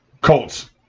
Colts